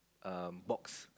err box